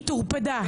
היא טורפדה.